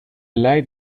light